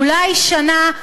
אולי שנה,